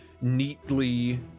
neatly